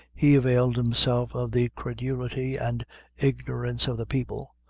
he availed himself of the credulity and ignorance of the people,